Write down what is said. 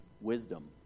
wisdom